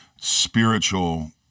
spiritual